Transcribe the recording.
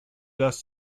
does